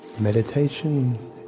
Meditation